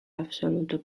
absoluto